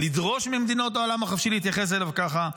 לדרוש ממדינות העולם החופשי להתייחס אליו ככה.